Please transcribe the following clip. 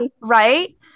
right